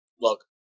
look